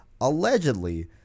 allegedly